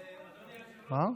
אדוני היושב-ראש,